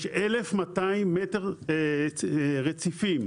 יש 1,200 מטר רציפים.